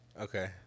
Okay